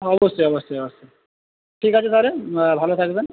অবশ্যই অবশ্যই অবশ্যই ঠিক আছে তাহলে ভালো থাকবেন